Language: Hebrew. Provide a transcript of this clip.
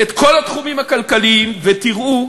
כל התחומים הכלכליים ותראו